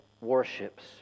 warships